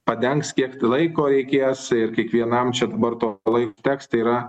padengs kiek laiko reikės ir kiekvienam čia dabar to laiko teks tai yra